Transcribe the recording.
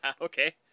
Okay